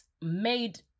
made